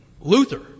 Luther